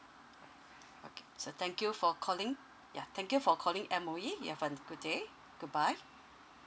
okay so thank you for calling ya thank you for calling M_O_E you've a good day goodbye